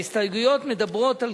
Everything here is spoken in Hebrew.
ההסתייגויות מדברות על